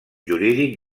jurídic